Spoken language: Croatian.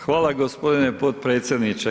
Hvala gospodine potpredsjedniče.